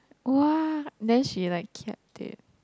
!woah! then she like kept it